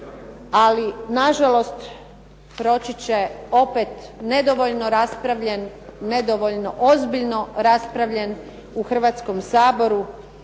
ali nažalost proći će nedovoljno raspravljen, nedovoljno ozbiljno raspravljen u Hrvatskom saboru